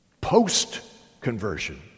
Post-conversion